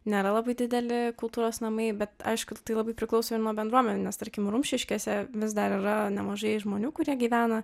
nėra labai dideli kultūros namai bet aišku tai labai priklauso ir nuo bendruomenių nes tarkim rumšiškėse vis dar yra nemažai žmonių kurie gyvena